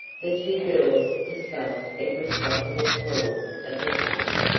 the two girls discussed every possible clause of the case,